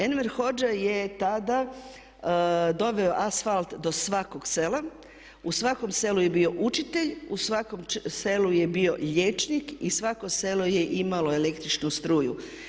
Enver Hodxha je tada doveo asfalt do svakog sela, u svakom selu je bio učitelj, u svakom selu je bio liječnik i svako selo je imalo električnu struju.